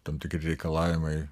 tam tikri reikalavimai